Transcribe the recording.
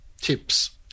tips